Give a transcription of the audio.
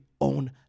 own